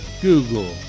Google